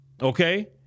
Okay